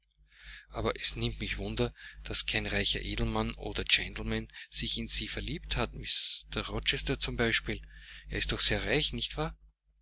aber es nimmt mich wunder daß kein reicher edelmann oder gentleman sich in sie verliebt hat mr rochester zum beispiel er ist doch sehr reich nicht wahr